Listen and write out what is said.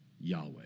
Yahweh